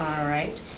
alright,